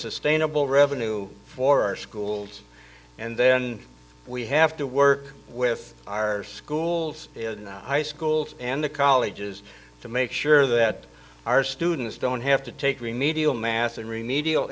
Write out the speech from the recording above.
sustainable revenue for our schools and then we have to work with our schools in the high schools and the colleges to make sure that our students don't have to take remedial math and remedia